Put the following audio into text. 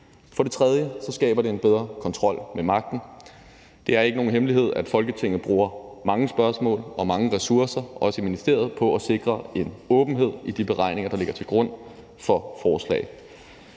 For det tredje skaber det en bedre kontrol med magten. Det er ikke nogen hemmelighed, at Folketinget bruger mange spørgsmål og mange ressourcer, også i ministeriet, på at sikre en åbenhed i de beregninger, der ligger til grund for forslagene.